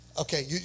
Okay